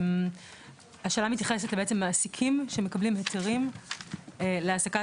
השאלה מתייחסת למעסיקים שמקבלים היתרים להעסקת